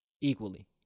equally